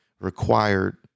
required